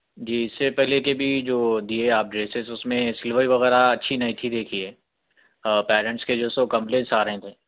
جی اس سے پہلے کے بھی جو دیئے آپ ڈریسیس اس میں سلوئی وغیرہ اچھی نہیں تھی دیکھیے پیرنٹس کے جو ہے سو کمپلینس آ رہے تھے